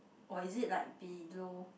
or is it like below